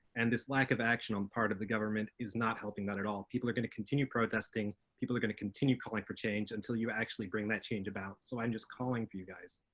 and this lack of action on part of the government is not helping, not at all. people are gonna continue protesting, people are gonna continue calling for change until you actually bring that change about. so i'm just calling for you guys,